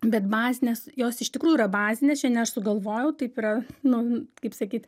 bet bazinės jos iš tikrųjų yra bazinės čia ne aš sugalvojau taip yra nu kaip sakyt